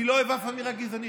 אני לא אוהב אף אמירה גזענית,